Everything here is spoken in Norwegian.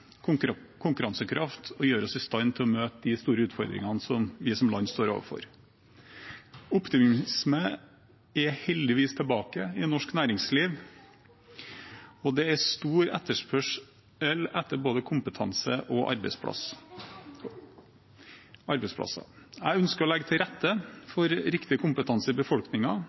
konkurransekraft og gjøre oss i stand til å møte de store utfordringene vi som land står overfor. Optimismen er heldigvis tilbake i norsk næringsliv, og det er stor etterspørsel etter både kompetanse og arbeidsplasser. Jeg ønsker å legge til rette for riktig kompetanse i